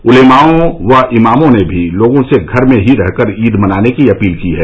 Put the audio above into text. उलेमाओं व इमामों ने भी लोगों से घर में ही रहकर ईद मनाने की अपील की है